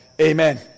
amen